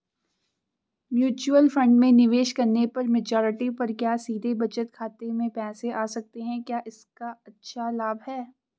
Mutual fund में निवेश करने पर मैच्योरिटी पर क्या सीधे बचत खाते में पैसे आ सकते हैं क्या इसका अच्छा लाभ है?